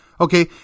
Okay